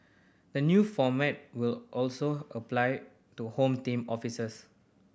the new format will also apply to Home Team officers